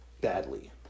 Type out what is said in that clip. badly